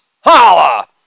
Holla